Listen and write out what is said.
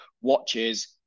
watches